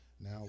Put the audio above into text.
now